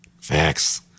Facts